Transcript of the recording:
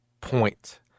point